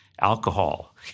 alcohol